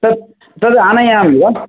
तत् तत् आनयामि वा